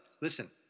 listen